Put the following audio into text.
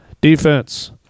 defense